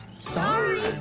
Sorry